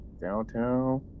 downtown